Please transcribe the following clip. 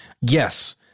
Yes